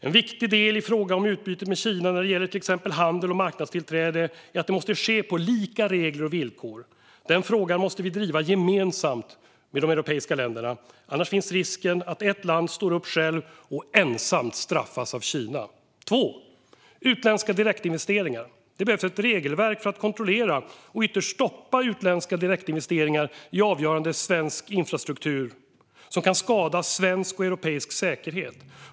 En viktig del i utbytet med Kina när det gäller till exempel handel och marknadstillträde är att det måste ske på lika regler och villkor. Den frågan måste vi driva gemensamt med de europeiska länderna. Annars finns det risk för att ett land står upp självt och ensamt straffas av Kina. Den andra delen gäller utländska direktinvesteringar. Det behövs ett regelverk för att kontrollera och ytterst stoppa utländska direktinvesteringar i avgörande svensk infrastruktur som kan skada svensk och europeisk säkerhet.